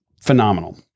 phenomenal